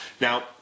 Now